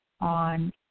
on